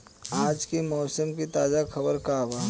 आज के मौसम के ताजा खबर का बा?